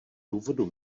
důvodu